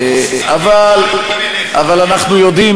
אבל אנחנו יודעים,